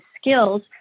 skills